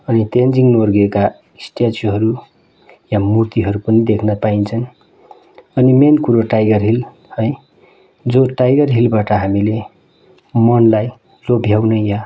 अनि तेन्जिङ नोर्गेका स्ट्याचुहरू या मूर्तिहरू पनि देख्न पाइन्छन् अनि मेन कुरो टाइगर हिल है जो टाइगर हिलबाट हामीले मनलाई लोभ्याउने या